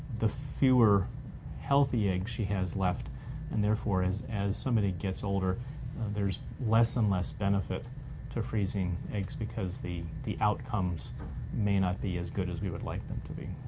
the fewer healthy eggs she has left and therefore as as somebody gets older there's less and less benefit to freezing eggs because the the outcomes may not be as good as we would like them to be.